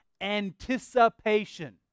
anticipation